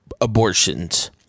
abortions